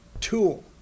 tool